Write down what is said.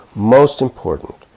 most important,